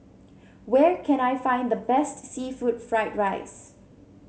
where can I find the best seafood Fried Rice